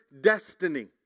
destiny